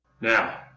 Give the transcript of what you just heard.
Now